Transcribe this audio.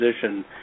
position